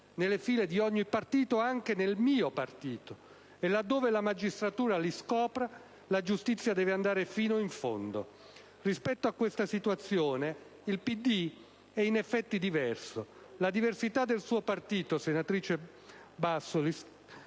nelle file di ogni partito, anche nel mio partito, e laddove la magistratura li scopra, la giustizia deve andare fino in fondo. Rispetto a questa situazione il PD è in effetti diverso. La diversità del suo partito, senatrice Bassoli,